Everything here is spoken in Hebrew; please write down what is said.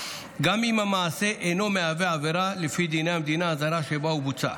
גם אם המעשה אינו מהווה עבירה לפי דיני המדינה הזרה שבה בוצע.